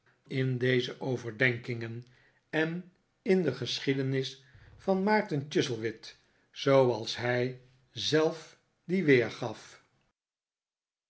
in deze overdenkingen en in de geschiedenis van maarten chuzzlewit zooals hij ze lf die weergaf